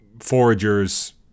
Forager's